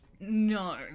No